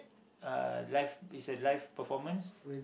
uh live it's a live performance